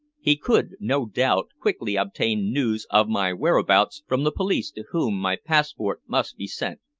he could no doubt quickly obtain news of my whereabouts from the police to whom my passport must be sent.